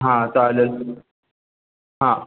हां चालेल हां